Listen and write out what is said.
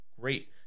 Great